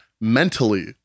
mentally